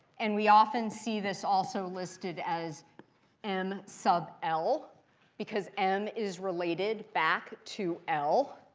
and we often see this also listed as m sub l because m is related back to l.